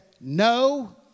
no